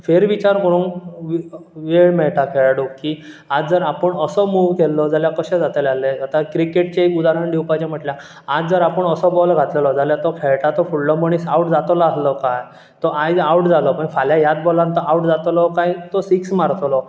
फेर विचार करूंक वे वेळ मेळटा खेळाडूक की आज जर आपूण असो मूव केल्लो जाल्यार कशें जातलें आहल्लें क्रिकेटचे उदारण दिवपाचें म्हणल्यार आयज जर आपूण असो बॉल घातलेलो जाल्यार तो खेळटा तो फुडलो मनीस आव्ट जातलो आसलो काय तो आयज आव्ट जालो पूण फाल्यां ह्यात बॉलान तो आव्ट जातलो कांय तो सीक्स मारतलो